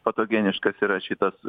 patogeniškas yra šitas